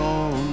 on